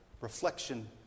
reflection